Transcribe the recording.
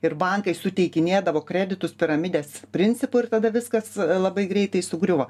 ir bankai suteikinėdavo kreditus piramidės principu ir tada viskas labai greitai sugriuvo